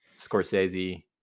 Scorsese